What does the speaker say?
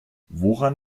woran